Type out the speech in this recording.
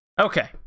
Okay